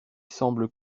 semble